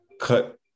cut